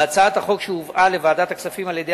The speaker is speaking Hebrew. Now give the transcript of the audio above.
בהצעת החוק שהובאה לוועדת הכספים על-ידי